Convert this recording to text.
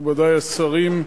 מכובדי השרים,